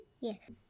Yes